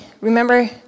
remember